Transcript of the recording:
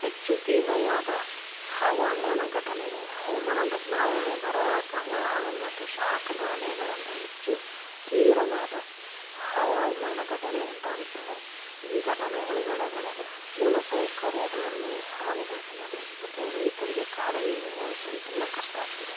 ಹೆಚ್ಚು ತೀವ್ರವಾದ ಹವಾಮಾನ ಘಟನೆ ಹವಾಮಾನ ಬದಲಾವಣೆ ಬರ ಪ್ರವಾಹ ಮತ್ತು ಶಾಖದ ಅಲೆಗಳಂಥ ಹೆಚ್ಚು ತೀವ್ರವಾದ ಹವಾಮಾನ ಘಟನೆ ಉಂಟಾಗುತ್ತದೆ ಈ ಘಟನೆಗಳು ಬೆಳೆಗಳ ಮೂಲ ಸೌಕರ್ಯಗಳನ್ನು ಹಾನಿಗೊಳಿಸಬೌದು ಮತ್ತೆ ರೈತರಿಗೆ ಕಾರ್ಯ ನಿರ್ವಹಿಸಲು ತುಂಬ ಕಷ್ಟ ಆಗ್ತಿದೆ